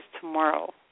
tomorrow